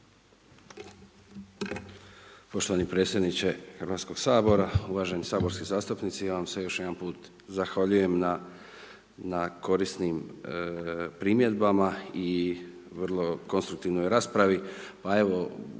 Poštovani predsjedniče HS, uvaženi saborski zastupnici, ja vam se još jedan put zahvaljujem na korisnim primjedbama i vrlo konstruktivnoj raspravi,